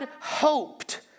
hoped